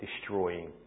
destroying